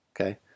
Okay